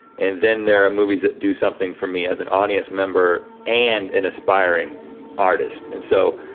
and then there are movies that do something for me as an audience member, and and aspiring artists. and so,